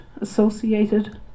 associated